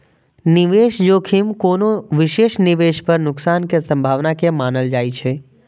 निवेश जोखिम कोनो विशेष निवेश पर नुकसान के संभावना के मानल जाइ छै